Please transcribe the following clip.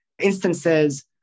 instances